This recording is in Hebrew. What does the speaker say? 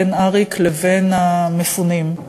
בין אריק לבין המפונים.